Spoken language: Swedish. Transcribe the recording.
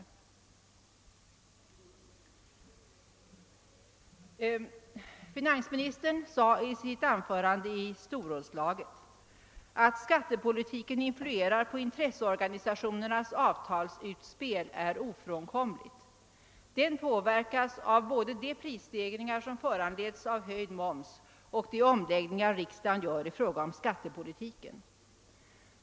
I sitt anförande i storrådslaget sade finansministern att det är ofrånkomligt alt skattepolitiken influerar på intresseorganisationernas avtalsutspel och att skattepolitiken påverkas av både de prisstegringar som föranletts av höjd moms och de omläggningar riksdagen gör av skattesystemet.